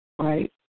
Right